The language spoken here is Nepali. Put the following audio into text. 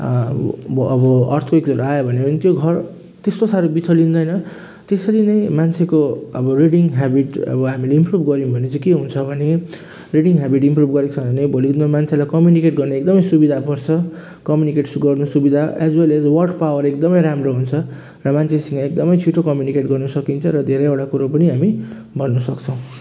आबो अब अर्थक्वेक्सहरू आयो भने पनि त्यो घर त्यस्तो साह्रो बिथोलिँदैन त्यसरी नै मान्छेको अब रिडिङ ह्याबिट अब हामीले इम्प्रुभ गऱ्यौँ भने चाहिँ के हुन्छ भने रिडिङ ह्याबिट इम्प्रुभ गरेको छ भने भोलिको दिनमा मान्छेलाई कम्युनिकेट गर्नु एकदमै सुविधा पर्छ कम्युनिकेटस् गर्नु सुविधा as well as word power एकदमै राम्रो हुन्छ र मान्छेसँग एकदमै छिटो कम्युनिकेट गर्नु सकिन्छ र धेरैवटा कुरो पनि हामी भन्नु सक्छौँ